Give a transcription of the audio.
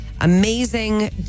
Amazing